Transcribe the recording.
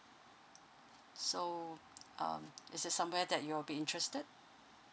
so um is it somewhere that you'll be interested